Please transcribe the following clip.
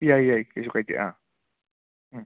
ꯌꯥꯏ ꯌꯥꯏ ꯀꯩꯁꯨ ꯀꯥꯏꯗꯦ ꯑꯥ